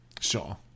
Sure